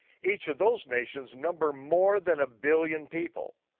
each of those nations number more than a billion people.